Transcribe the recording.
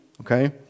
okay